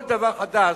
כל דבר חדש,